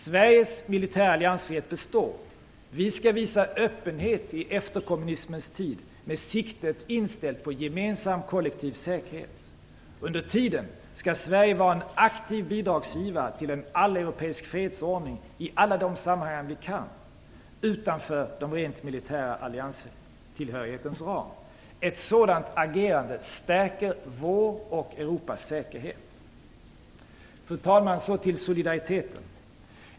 Sveriges militära alliansfrihet består. Vi skall visa öppenhet i efterkommunismens tid med siktet inställt på gemensam, kollektiv säkerhet. Under tiden skall Sverige vara en aktiv bidragsgivare till en alleuropeisk fredsordning i alla de sammanhang vi kan, utanför den rent militära allianstillhörighetens ram. Ett sådant agerande stärker vår och Europas säkerhet. Fru talman! Så till solidariteten!